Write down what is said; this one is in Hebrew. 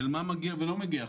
של מה מגיע ולא מגיע.